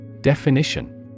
Definition